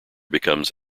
becomes